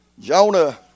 Jonah